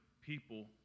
people